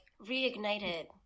reignited